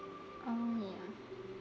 um ya